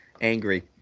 angry